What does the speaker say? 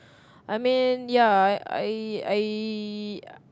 I mean ya I I I